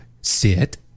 Sit